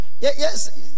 yes